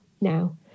now